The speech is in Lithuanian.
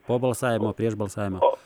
po balsavimo prieš balsavimą